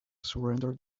surrender